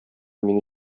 мине